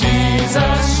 Jesus